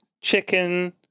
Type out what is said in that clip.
chicken